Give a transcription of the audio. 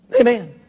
Amen